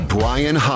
Brian